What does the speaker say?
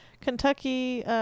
Kentucky